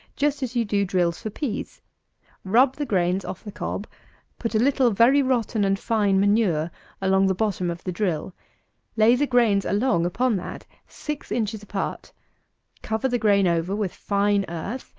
just as you do drills for peas rub the grains off the cob put a little very rotten and fine manure along the bottom of the drill lay the grains along upon that six inches apart cover the grain over with fine earth,